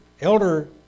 elder